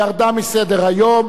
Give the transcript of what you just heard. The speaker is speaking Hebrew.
ירדה מסדר-היום.